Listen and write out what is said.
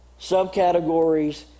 subcategories